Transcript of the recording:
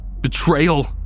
betrayal